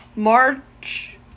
March